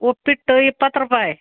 ಉಪ್ಪಿಟ್ಟು ಇಪ್ಪತ್ತು ರೂಪಾಯಿ